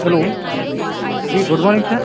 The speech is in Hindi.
हलो जी गुड मॉर्निंग सर